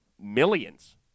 millions